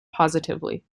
positively